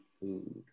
food